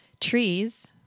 Trees